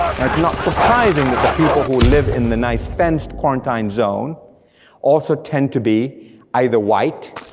now, it's not surprising that the people who live in the nice fenced quarantined zone also tend to be either white,